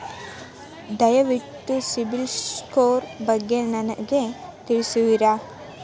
ದಯವಿಟ್ಟು CIBIL score ಬಗ್ಗೆ ನನಗೆ ತಿಳಿಸುವಿರಾ?